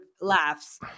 laughs